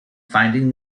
finding